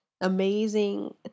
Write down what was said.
amazing